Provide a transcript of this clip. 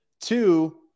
Two